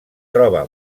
troba